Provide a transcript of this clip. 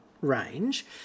Range